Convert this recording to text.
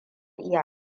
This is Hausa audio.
iya